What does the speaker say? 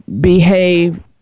behave